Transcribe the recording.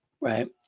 right